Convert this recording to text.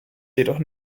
jedoch